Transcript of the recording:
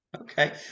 okay